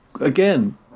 again